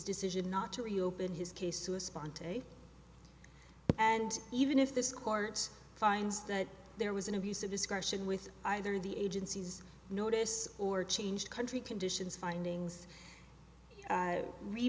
decision not to reopen his case to a spontaneous and even if this court finds that there was an abuse of discretion with either the agency's notice or change country conditions findings